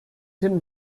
hidden